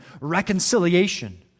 reconciliation